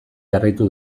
jarraitu